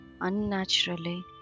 unnaturally